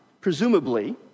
presumably